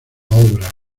obra